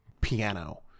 piano